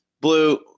Blue